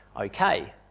okay